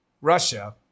Russia